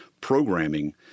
programming